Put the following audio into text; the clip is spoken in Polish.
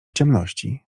ciemności